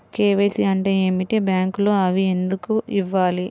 KYC అంటే ఏమిటి? బ్యాంకులో అవి ఎందుకు ఇవ్వాలి?